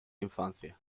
infancia